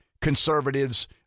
conservatives